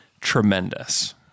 tremendous